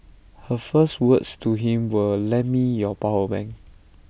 her first words to him were lend me your power bank